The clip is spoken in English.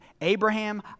Abraham